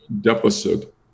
deficit